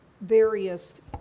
various